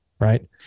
right